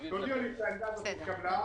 תודיעו לי שהעמדה הזו התקבלה,